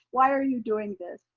why are you doing this?